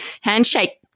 handshake